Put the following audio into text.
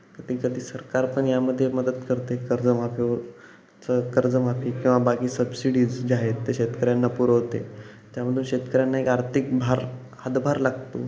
कधी कधी सरकार पण यामध्ये मदत करते कर्जमाफीवर चं कर्जमाफी किंवा बाकी सबसिडीज जे आहेत ते शेतकऱ्यांना पुरवते त्यामधून शेतकऱ्यांना एक आर्थिक भार हातभार लागतो